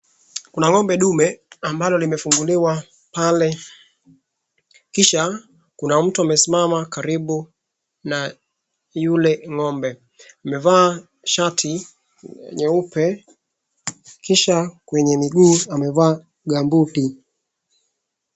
Kuna ng'ombe ndume ambalo limefunguliwa pale. Kisha kuna mtu amesimama karibu na yule ng'ombe. Amevaa shati nyeupe kisha kwenye miguu amevaa gumbuti .